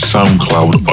SoundCloud